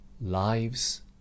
lives